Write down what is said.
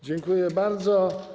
Dziękuję bardzo.